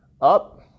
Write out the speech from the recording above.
up